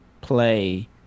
play